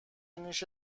نیشت